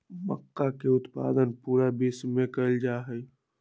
मक्का के उत्पादन पूरा विश्व में कइल जाहई